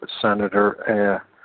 Senator